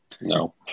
No